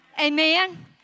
Amen